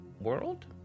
world